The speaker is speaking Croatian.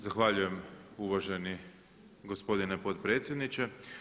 Zahvaljujem uvaženi gospodine potpredsjedniče.